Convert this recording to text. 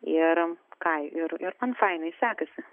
ir ką ir ir man fainiai sekasi